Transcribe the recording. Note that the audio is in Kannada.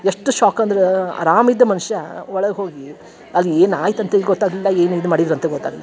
ಎಷ್ಟು ಶಾಕ್ ಅಂದ್ರ ಅರಾಮಿದ್ದ ಮನುಷ್ಯ ಒಳಗೆ ಹೋಗಿ ಅದು ಏನಾಯ್ತು ಅಂತೆ ಗೊತ್ತಾಗಲಿಲ್ಲ ಏನು ಇದು ಮಾಡಿದ್ರ ಅಂತ ಗೊತ್ತಾಗ್ಲಿಲ್ಲ